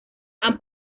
han